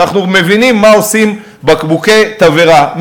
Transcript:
ואנחנו מבינים מה עושים בקבוקי תבערה.